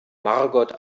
margot